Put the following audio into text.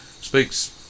speaks